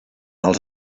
els